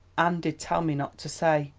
anne did tell me not to say!